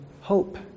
hope